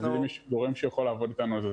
אז אם יש גורם שיכול לעבוד אתנו על זה,